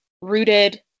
rooted